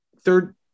Third